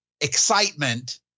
excitement